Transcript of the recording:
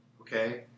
Okay